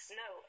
no